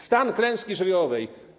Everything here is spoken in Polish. Stan klęski żywiołowej.